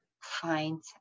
find